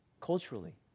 culturally